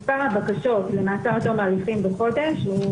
מספר הבקשות הראשונות למעצר עד תום ההליכים בחודש הוא